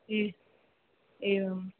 ए एवम्